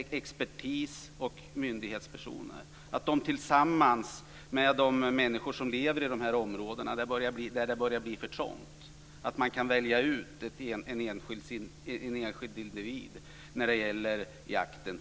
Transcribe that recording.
att expertis och myndighetspersoner tillsammans med de människor som lever i områden där det börjar bli för trångt kan välja ut en enskild varg som får jagas.